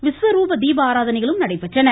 விஸ்வருப தீபாதாரணைகளும் நடைபெற்றன